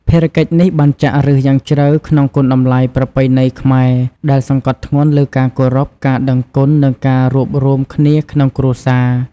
ភារកិច្ចនេះបានចាក់ឬសយ៉ាងជ្រៅក្នុងគុណតម្លៃប្រពៃណីខ្មែរ ដែលសង្កត់ធ្ងន់លើការគោរព ការដឹងគុណ និងការរួបរួមគ្នាក្នុងគ្រួសារ។